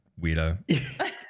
weirdo